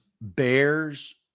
bears